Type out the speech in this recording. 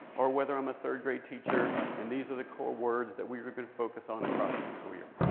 or whether i'm a third-grade teacher, and these are the core words that we're going to focus on across the school year.